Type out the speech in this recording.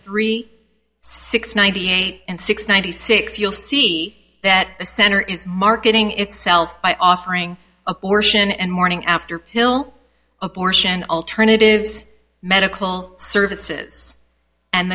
three six ninety eight and six ninety six you'll see that the center is marketing itself by offering abortion and morning after pill abortion alternatives medical services and